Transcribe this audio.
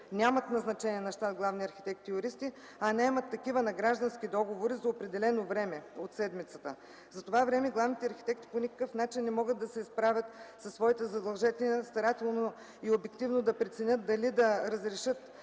нямат назначени на щат главни архитекти и юристи, а наемат такива на граждански договори за определено време от седмицата. За това време главните архитекти по никакъв начин не могат да се справят със своите задължения, старателно и обективно да преценят дали да разрешат